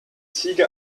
ziege